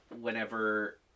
whenever